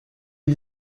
est